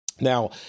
Now